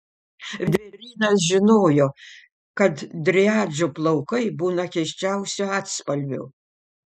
vėdrynas žinojo kad driadžių plaukai būna keisčiausių atspalvių